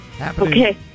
Okay